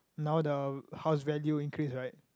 now the house value increase right